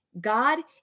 God